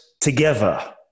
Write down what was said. together